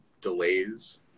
delays